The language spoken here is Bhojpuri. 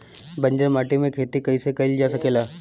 बंजर माटी में खेती कईसे कईल जा सकेला?